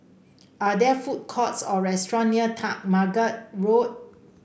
are there food courts or restaurant near MacTaggart Road